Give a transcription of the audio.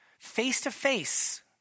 face-to-face